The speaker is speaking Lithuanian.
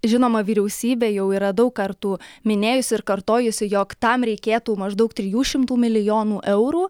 žinoma vyriausybė jau yra daug kartų minėjusi ir kartojusi jog tam reikėtų maždaug trijų šimtų milijonų eurų